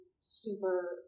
super